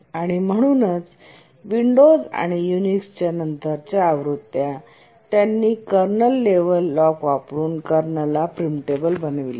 आणि म्हणूनच विंडोज आणि युनिक्सच्या नंतरच्या आवृत्त्या त्यांनी कर्नल लेव्हल लॉक वापरुन कर्नलला प्रीमटेबल बनविले